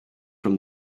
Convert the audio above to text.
from